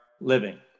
living